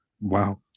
Wow